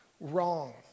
wrong